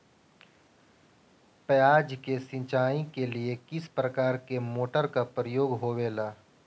प्याज के सिंचाई के लिए किस प्रकार के मोटर का प्रयोग होवेला?